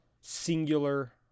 singular